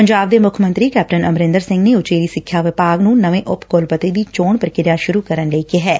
ਪੰਜਾਬ ਦੇ ਮੁੱਖ ਮੰਤਰੀ ਕੈਪਟਨ ਅਮਰੰਦਰ ਸਿੰਘ ਨੇ ਉਚੇਰੀ ਸਿੱਖਿਆ ਵਿਭਾਗ ਨੂੰ ਨਵੇਂ ਉਪ ਕੁਲਪਤੀ ਦੀ ਚੋਣ ਪ੍ਰੀਕਿਆ ਸੁਰੁ ਕਰਨ ਲਈ ਕਿਹੈ